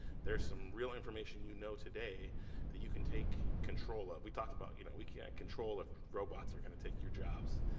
there's some real information you know today that you can take control of. we talked about, you know, we can't control if robots are gonna take your jobs.